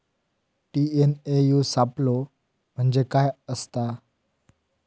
TNAU सापलो म्हणजे काय असतां?